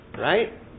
Right